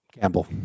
Campbell